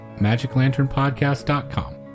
magiclanternpodcast.com